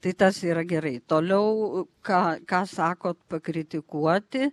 tai tas yra gerai toliau ką ką sakot pakritikuoti